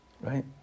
right